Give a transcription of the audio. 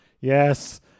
yes